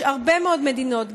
יש הרבה מאוד מדינות,